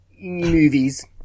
movies